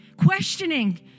questioning